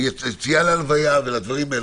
יציאה להלוויה ודברים נוספים.